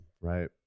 right